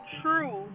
true